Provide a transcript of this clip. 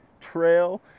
Trail